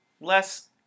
less